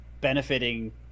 benefiting